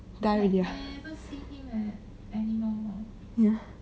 die already ah ya